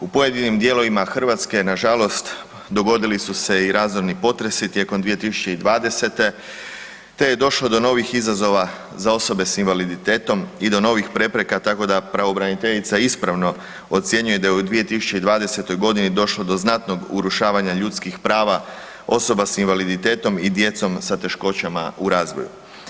U pojedinim dijelovima Hrvatske nažalost dogodili su se i razorni potresi tijekom 2020.-te te je došlo do novih izazova za osobe s invaliditetom tako da pravobraniteljica ispravno ocjenjuje da je u 2020. godini došlo do znatnog urušavanja ljudskih prava osoba s invaliditetom i djecom sa teškoćama u razvoju.